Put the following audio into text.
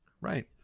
right